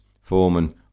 Foreman